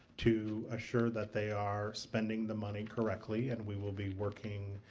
to assure that they are spending the money correctly and we will be working